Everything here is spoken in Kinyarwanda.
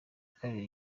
kabiri